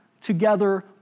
together